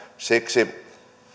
siksi